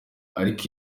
ariko